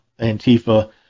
Antifa